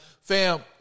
fam